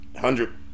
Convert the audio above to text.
hundred